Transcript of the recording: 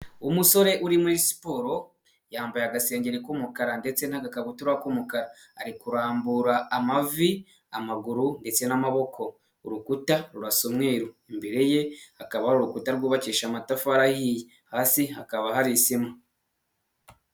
Umusore uri muri siporo yambaye agasengeri k'umukara ndetse n'agakabutura k'umukara, ari kurambura amavi, amaguru ndetse n'amaboko. Urukuta rurasa umweruru, imbere ye hakaba hari urukuta rwubakisha amatafari ahiye, hasi hakaba hari sima.